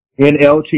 NLT